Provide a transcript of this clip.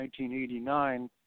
1989